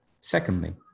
Secondly